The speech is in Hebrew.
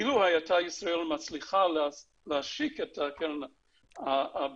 אילו הייתה ישראל מצליחה להשיק את הקרן בזמן